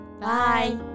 Bye